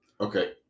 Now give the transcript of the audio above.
Okay